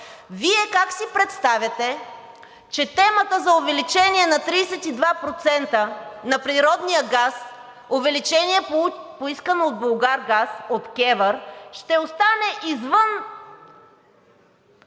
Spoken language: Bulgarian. Вие как си представяте, че темата за увеличение на 32% на природния газ – увеличение, поискано от „Булгаргаз“ от КЕВР, ще остане извън